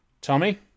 Tommy